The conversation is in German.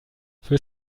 für